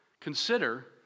Consider